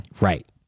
Right